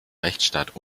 rechtsstaat